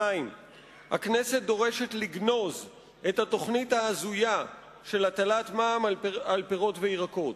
2. הכנסת דורשת לגנוז את התוכנית ההזויה של הטלת מע"מ על פירות וירקות.